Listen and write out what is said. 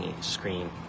screen